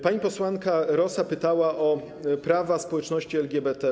Pani posłanka Rosa pytała o prawa społeczności LGBT.